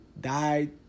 died